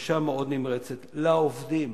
בבקשה מאוד נמרצת אל העובדים